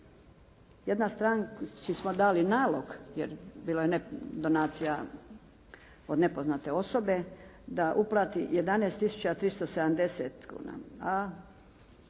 Jednoj stranci smo dali nalog jer bilo je ne donacija od nepoznate osobe da uplati 11 tisuća